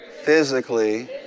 physically